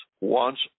wants